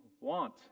want